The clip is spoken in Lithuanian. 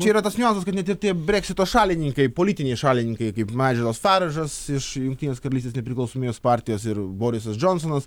čia yra tas niuansas kad net ir tie breksito šalininkai politiniai šalininkai kaip naidželis faražas iš jungtinės karalystės nepriklausomybės partijos ir borisas džonsonas